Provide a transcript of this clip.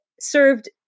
served